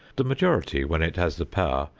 the majority, when it has the power,